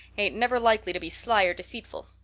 ain't never likely to be sly or deceitful.